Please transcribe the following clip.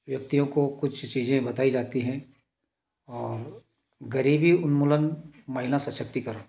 व्यक्तियों को कुछ चीज़ें बताई जाती हैं और गरीबी उन्मूलन महिला सशक्तिकरण